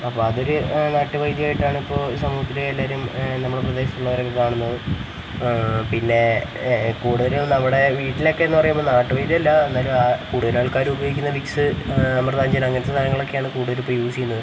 അപ്പോൾ അതൊരു നാട്ടു വൈദ്യായിട്ടാണിപ്പോൾ സമൂഹത്തിൽ എല്ലാവരും നമ്മുടെ പ്രദേശത്ത് ഉള്ളവരൊക്കെ കാണുന്നത് പിന്നെ കൂടുതലും നമ്മുടെ വീട്ടിലൊക്കെന്ന് പറയുമ്പോൾ നാട്ടു വൈദ്യല്ല എന്നാലും ആ കൂടൂതൽ ആൾക്കാരും ഉപയോഗിക്കുന്നത് വിക്സ് അമൃതാഞ്ചൻ അങ്ങനത്തെ സാധങ്ങളൊക്കെയാണ് കൂടുതലിപ്പോൾ യൂസ് ചെയ്യുന്നത്